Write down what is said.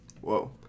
Whoa